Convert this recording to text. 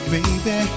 Baby